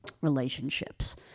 relationships